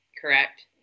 correct